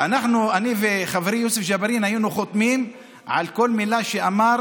אני וחברי יוסף ג'בארין היינו חותמים על כל מילה שאמר